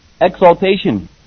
exaltation